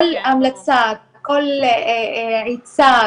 כל המלצה, כל מסר,